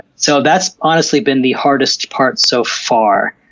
so that's honestly been the hardest part so far.